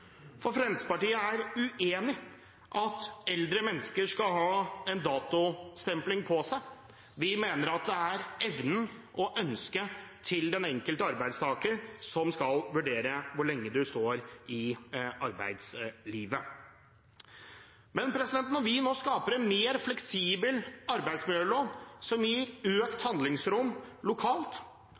arbeidstaker. Fremskrittspartiet er uenig i at eldre mennesker skal ha en datostempling på seg. Vi mener at det er evnen og ønsket til den enkelte arbeidstaker som skal avgjøre hvor lenge man står i arbeidslivet. Når vi nå skaper en mer fleksibel arbeidsmiljølov, som gir økt handlingsrom lokalt,